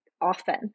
often